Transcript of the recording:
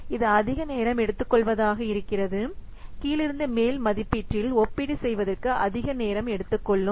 இது அதிக நேரம் எடுத்துக்கொள்வதாக இருக்கிறது கீழிருந்து மேல் மதிப்பீட்டில் ஒப்பீடு செய்வதற்கு அதிக நேரம் எடுத்துக் கொள்ளும்